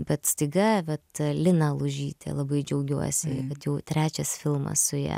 bet staiga vat lina lužytė labai džiaugiuosi kad jau trečias filmas su ja